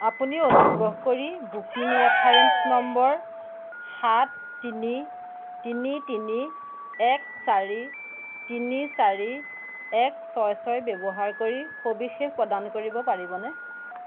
আপুনি অনুগ্ৰহ কৰি বুকিং ৰেফাৰেন্স নম্বৰ সাত তিনি তিনি তিনি এক চাৰি তিনি চাৰি এক ছয় ছয় ব্যৱহাৰ কৰি সবিশেষ প্ৰদান কৰিব পাৰিবনে